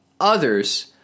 others